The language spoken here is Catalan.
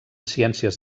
ciències